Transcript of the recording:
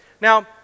Now